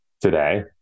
today